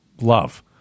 love